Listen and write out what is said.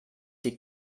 die